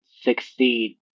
succeed